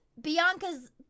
Bianca's